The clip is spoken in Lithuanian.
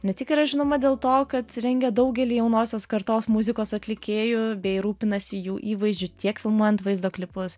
ne tik yra žinoma dėl to kad rengia daugelį jaunosios kartos muzikos atlikėjų bei rūpinasi jų įvaizdžiu tiek filmuojant vaizdo klipus